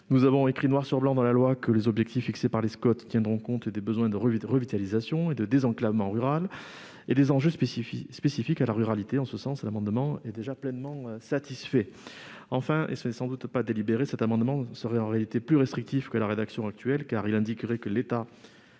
Nous avons inscrit noir sur blanc dans la loi que les objectifs fixés dans les SCoT tiendront compte des besoins de revitalisation et de désenclavement rural et des enjeux spécifiques à la ruralité. En ce sens, l'amendement proposé est pleinement satisfait. Enfin- ce n'est sans doute pas délibéré -, la rédaction de cet amendement est en réalité plus restrictive que la rédaction actuelle, car elle conduirait à ce que l'État